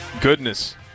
goodness